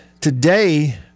today